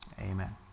amen